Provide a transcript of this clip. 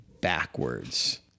backwards